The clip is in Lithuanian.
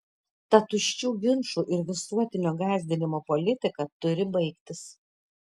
ta tuščių ginčų ir visuotinio gąsdinimo politika turi baigtis